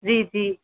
जी जी